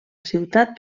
ciutat